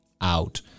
out